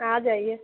आ जाइए